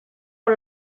por